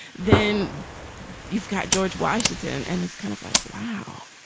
then you've got george washington. and it's kind of like, wow,